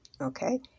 okay